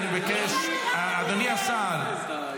שעלית ואמרת עליו שהוא תומך טרור.